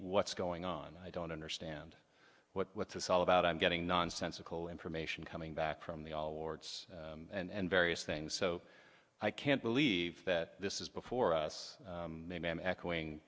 what's going on i don't understand what's this all about i'm getting nonsensical information coming back from the all warts and various things so i can't believe that this is before us maybe i'm echoing